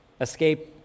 escape